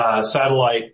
satellite